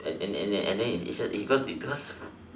and and and then and then be because because